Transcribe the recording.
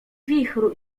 wichru